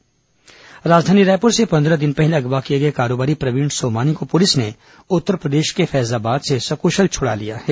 अपहरण खुलासा राजधानी रायपुर से पंद्रह दिन पहले अगवा किए गए कारोबारी प्रवीण सोमानी को पुलिस ने उत्तरप्रदेश के फैजाबाद से सकुशल छुड़ा लिया है